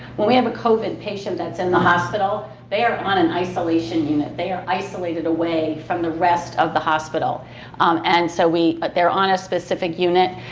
when we have a covid patient that's in the hospital, they are on an isolation unit. they are isolated away from the rest of the hospital um and so they're on a specific unit,